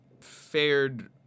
fared